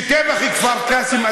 שהטבח בכפר-קאסם,